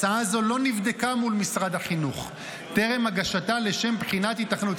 הצעה זו לא נבדקה מול משרד החינוך טרם הגשתה לשם בחינת היתכנות.